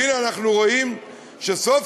והנה, אנחנו רואים שסוף-סוף,